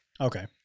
Okay